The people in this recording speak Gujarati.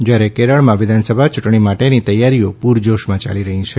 જ્યારે કેરળમાં વિધાનસભા ચૂંટણી માટેની તૈયારીઓ પૂરજોશમાં યાલી રહી છે